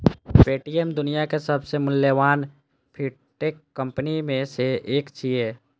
Paytm दुनियाक सबसं मूल्यवान फिनटेक कंपनी मे सं एक छियै